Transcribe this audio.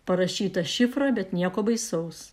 parašyta šifrą bet nieko baisaus